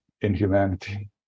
inhumanity